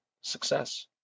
success